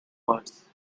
words